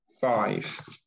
five